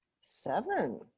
seven